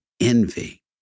envy